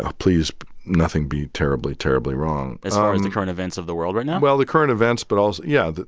ah please nothing be terribly, terribly wrong as far as the current events of the world right now? well, the current events but also yeah,